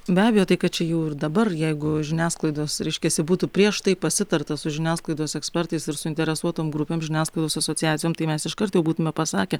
be abejo tai kad čia jų ir dabar jeigu žiniasklaidos reiškiasi būtų prieš tai pasitarta su žiniasklaidos ekspertais ir suinteresuotom grupėm žiniasklaidos asociacijom tai mes iškart jau būtume pasakę